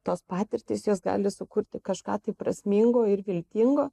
tos patirtys jos gali sukurti kažką tai prasmingo ir viltingo